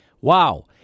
wow